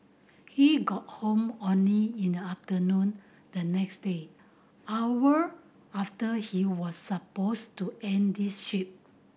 he got home only in the afternoon the next day hour after he was supposed to end his ship